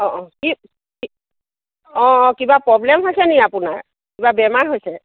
অঁ অঁ কি কি অঁ অঁ কিবা প্ৰব্লেম হৈছে নি আপোনাৰ কিবা বেমাৰ হৈছে